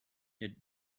der